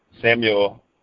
Samuel